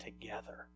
together